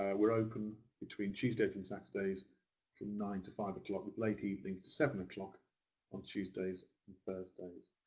we're open between tuesdays and saturdays from nine to five o'clock and late evening to seven o'clock on tuesdays and thursdays.